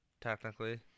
technically